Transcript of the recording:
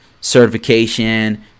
certification